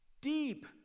deep